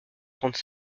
trente